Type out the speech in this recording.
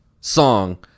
song